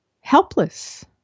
helpless